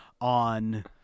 on